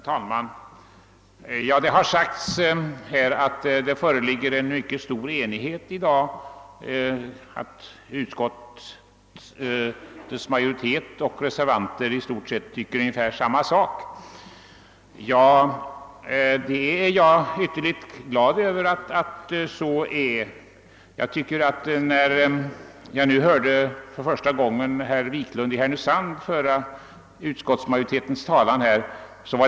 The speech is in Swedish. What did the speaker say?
Herr talman! Det har sagts att det nu föreligger en mycket stor enighet mellan utskottsmajoriteten och reservanter; man har i stort sett samma uppfattning. Jag är ytterligt glad över att så är fallet. Det var också en synnerligen angenäm upplevelse att i dag för första gången höra herr Wiklund i Härnösand föra utskottsmajoritetens talan.